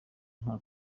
nta